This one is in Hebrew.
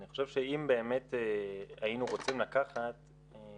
אני חושב שאם באמת היינו רוצים לקחת את